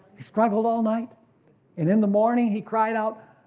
he struggled all night and in the morning he cried out.